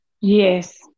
Yes